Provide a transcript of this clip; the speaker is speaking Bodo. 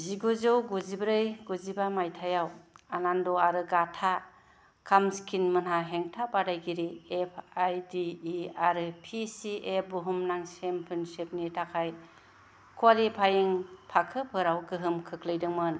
जिगुजौ गुजिब्रै गुजिबा माइथायाव आनन्द आरो गाटा काम्स्कीनमोनहा हेंथा बादायगिरि एफ आइ डि इ आरो पि सि ए बुहुमनां चेम्पियनशिपनि थाखाय क्वालिफायिं थाखोफोराव गोहोम खोख्लैदोंमोन